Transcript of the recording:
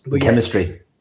Chemistry